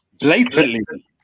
Blatantly